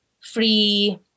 free